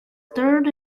third